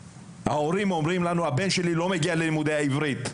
ההורים אומרים לנו "הבן שלי לא מגיע ללימודי העברית,